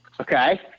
Okay